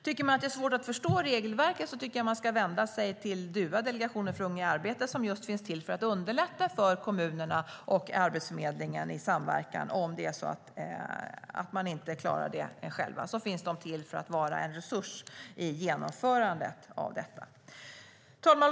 Tycker man att det är svårt att förstå regelverket tycker jag att man ska vända sig till DUA, Delegationen för unga till arbete, som finns till just för att underlätta för kommunerna och Arbetsförmedlingen i samverkan. Är det så att man inte klarar detta själv finns de till för att vara en resurs i genomförandet. Herr talman!